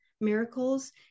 miracles